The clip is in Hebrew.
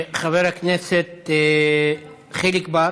חבר הכנסת חיליק בר,